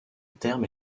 terme